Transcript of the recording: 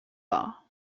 war